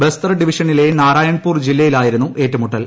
ബസ്തർ ഡിവിഷനിലെ നാരായൺപൂർ ജില്ലയിലായിരുന്നു ഏറ്റുമുട്ടൽ